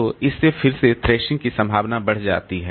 तो इससे फिर से थ्रशिंग की संभावना बढ़ जाती है